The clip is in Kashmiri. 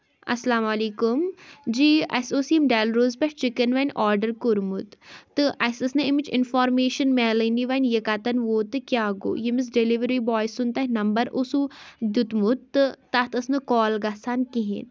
اَسلام علیکُم جی اَسہِ اوس یِم ڈیلروز پٮ۪ٹھ چِکن آرڈر کورمُت تہٕ اَسہِ ٲسۍ نہٕ اَمِچ اِنفارمیشن میلٲنی وۄنۍ یہِ کَتٮ۪ن ووت تہٕ کیاہ گوٚو ییٚمِس ڈیلؤری باے سُنٛد تۄہہِ نَمبر اوسُو دیُتمُت تہٕ تَتھ ٲسۍ نہٕ کال گژھان کِہینۍ